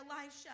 Elisha